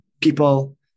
people